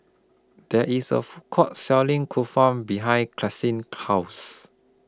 There IS A Food Court Selling Kulfi behind Caitlynn's House